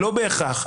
לא בהכרח.